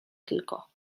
tylko